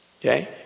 Okay